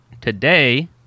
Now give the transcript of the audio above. today